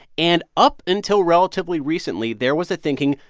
and up until relatively recently, there was the thinking,